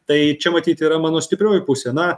tai čia matyt yra mano stiprioji pusė na